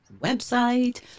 website